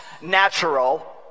natural